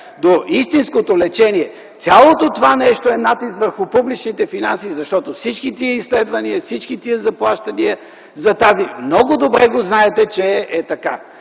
до истинското лечение, цялото това нещо е натиск върху публичните финанси, защото всички тези изследвания и всички тези заплащания за тази …, много добре знаете, че е така.